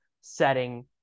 setting